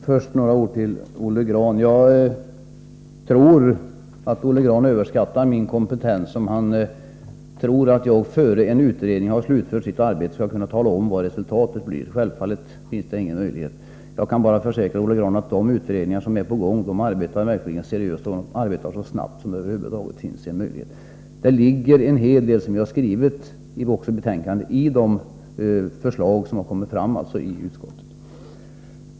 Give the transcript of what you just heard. Fru talman! Jag vill börja med att säga några ord till Olle Grahn. Han överskattar min kompetens om han tror att jag, innan en utredning har slutfört sitt arbete, skall kunna tala om vad resultatet blir. Det kan jag självfallet inte göra. Jag kan bara försäkra Olle Grahn att de utredningar som pågår arbetar seriöst och så snabbt det över huvud taget är möjligt. Såsom vi har skrivit i betänkandet ligger det en hel del i de förslag som har kommit fram i utskottet under dess arbete.